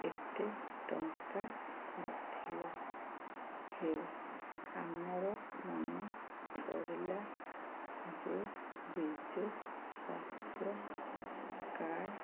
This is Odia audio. ଏତେ ଟଙ୍କା ନଥିଲା ହେଉ ଆମର ମନେ ପଡ଼ିଲା ଯେ ବିଜୁ ସ୍ୱାସ୍ଥ୍ୟ କାର୍ଡ଼